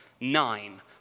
Nine